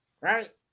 right